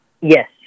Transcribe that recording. Yes